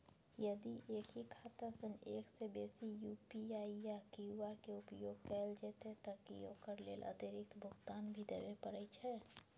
यदि एक ही खाता सं एक से बेसी यु.पी.आई या क्यू.आर के उपयोग कैल जेतै त की ओकर लेल अतिरिक्त भुगतान भी देबै परै छै?